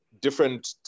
different